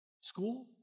School